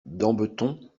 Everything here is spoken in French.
dambeton